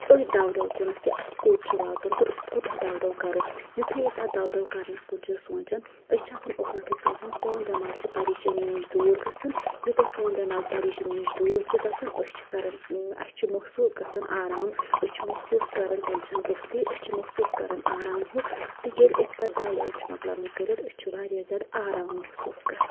أتھی دَو دَو کُنَتھ کہ اَسہِ کوٚت چھُ واتُن تہٕ أسۍ کوٗتاہ دَو دَو کَرو یُتھُے أسۍ اَتھ دَو دَو کَرنَس کُن چھِ سونٛچَان أسۍ چھِ آسَان اُکنَتھٕے سونٛچَان سون دٮ۪ماغ چھِ پریشٲنیو نِش دوٗر گژھان یوٗتاہ سون دٮ۪ماغ پریشٲنیو نِش دوٗر چھِ گژھان أسۍ چھِ کَران اَسہِ چھِ محسوٗس گژھان آرام أسۍ چھِ محسوٗس کَران ٹٮ۪نشَن روٚستُے أسۍ چھِ محسوٗس کَران آرام ہیوٗ تہٕ ییٚلہِ أسۍ پَتہٕ دَو دَو چھِ مۄکلاوان کٔرِتھ تہٕ أسۍ چھِ واریاہ زیادٕ آرام محسوٗس کَران